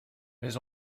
mais